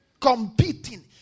Competing